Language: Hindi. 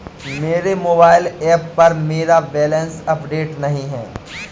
मेरे मोबाइल ऐप पर मेरा बैलेंस अपडेट नहीं है